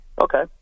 okay